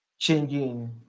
changing